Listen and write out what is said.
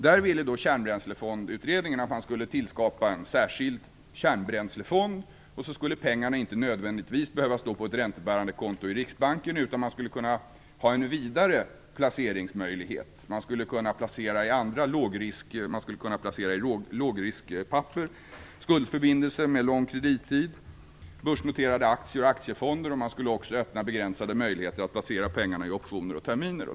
Där ville Kärnbränslefondsutredningen att man skulle skapa en särskild kärnbränslefond, och så skulle pengarna inte nödvändigtvis behöva stå på ett räntebärande konto i Riksbanken, utan man skulle kunna ha en vidare placeringsmöjlighet. Man skulle kunna placera i lågriskpapper, skuldförbindelser med lång kredittid, börsnoterade aktier och aktiefonder. Man skulle också öppna begränsade möjligheter att placera pengarna i optioner och terminer.